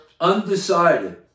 undecided